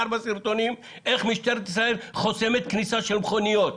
ארבע סרטונים איך משטרת ישראל חוסמת כניסה של מכוניות.